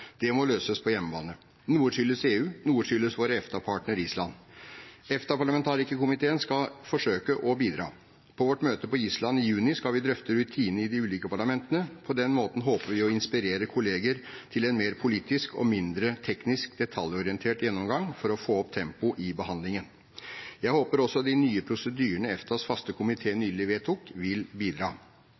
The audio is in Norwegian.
Det må løses på hjemmebane. Noe skyldes EU. Noe skyldes vår EFTA-partner Island. EFTA-parlamentarikerkomiteen skal forsøke å bidra. På vårt møte på Island i juni skal vi drøfte rutinene i de ulike parlamentene. På den måten håper vi å inspirere kolleger til en mer politisk og mindre teknisk og detaljorientert gjennomgang for å få opp tempoet i behandlingen. Jeg håper også de nye prosedyrene EFTAs faste komité nylig vedtok, vil bidra.